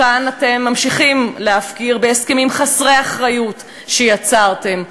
אותן אתם ממשיכים להפקיר בהסכמים חסרי אחריות שיצרתם,